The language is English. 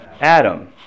Adam